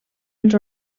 els